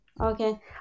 Okay